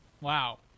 Wow